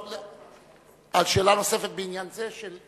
שאלה נוספת בעניין זה?